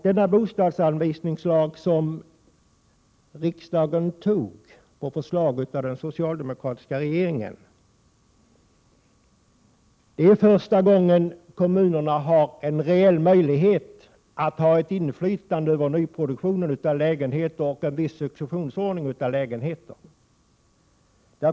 Denna lag, som riksdagen antog på förslag av den socialdemokratiska regeringen, innebär att kommunerna för första gången har en reell möjlighet att öva inflytande över nyproduktionen av lägenheter och en viss successionsordning i fråga om lägenheter.